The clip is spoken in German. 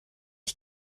ich